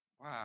Wow